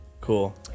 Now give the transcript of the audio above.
Cool